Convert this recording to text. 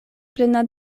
plena